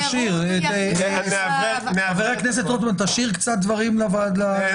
תשאיר, תשאיר --- אבל